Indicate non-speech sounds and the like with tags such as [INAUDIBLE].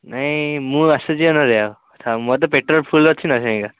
ନାହିଁ ମୁଁ ଆସୁଛି [UNINTELLIGIBLE] ମୋର ତ ପେଟ୍ରୋଲ ଫୁଲ୍ ଅଛି ନା [UNINTELLIGIBLE]